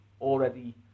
already